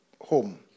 home